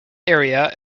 area